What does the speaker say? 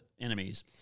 enemies